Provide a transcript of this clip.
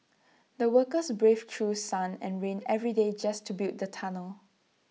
the workers braved through sun and rain every day just to build the tunnel